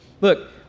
Look